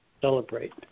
celebrate